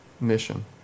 mission